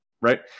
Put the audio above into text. right